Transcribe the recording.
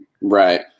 Right